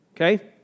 okay